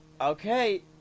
Okay